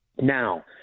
Now